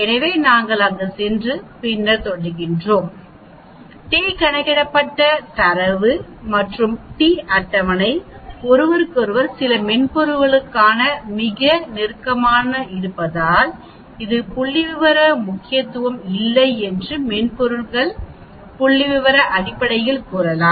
எனவே நாங்கள் அங்கு சென்று பின்னர் தொடர்கிறோம் T கணக்கிடப்பட்ட தரவு மற்றும் டி அட்டவணை ஒருவருக்கொருவர் சில மென்பொருள்களுக்கு மிக நெருக்கமாக இருப்பதால்இது புள்ளிவிவர முக்கியத்துவம் இல்லை என்று மென்பொருள்கள் புள்ளிவிவர அடிப்படையில் கூறலாம்